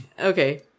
Okay